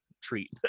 treat